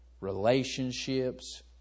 relationships